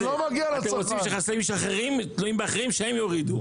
אתם רוצים שחסמים של אחרים תלויים באחרים שהם יורידו.